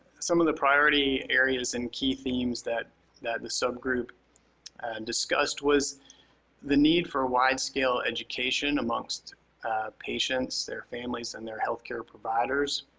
some of the priority areas and key themes that that the subgroup discussed was the need for wide-scale education amongst patients, their families, and their healthcare providers.